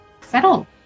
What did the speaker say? Settle